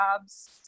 jobs